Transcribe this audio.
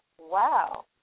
Wow